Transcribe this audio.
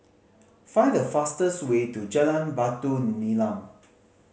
find the fastest way to Jalan Batu Nilam